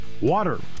water